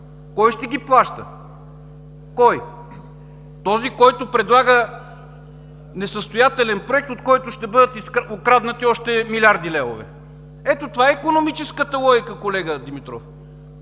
Кой ще ги плаща? Кой?! Този, който предлага несъстоятелен проект, от който ще бъдат откраднати още милиарди левове?! Ето това е икономическата логика, колега Димитров.